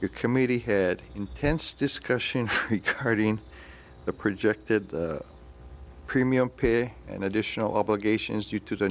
your committee had intense discussion curbing the projected premium pay and additional obligations due to the